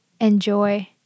enjoy